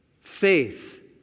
faith